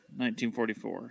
1944